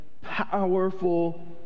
powerful